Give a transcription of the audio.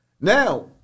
Now